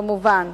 כמובן,